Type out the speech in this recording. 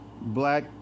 black